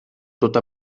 tota